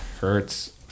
hurts